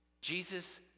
Jesus